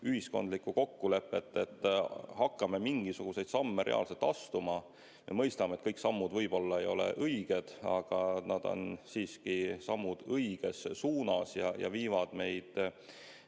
ühiskondlikku kokkulepet, et hakkame mingisuguseid samme reaalselt astuma. Me mõistame, et kõik sammud võib‑olla ei ole õiged, aga need on siiski sammud õiges suunas ja viivad meid